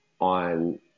on